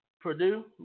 Purdue